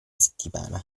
settimana